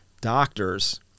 doctors